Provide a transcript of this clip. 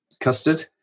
Custard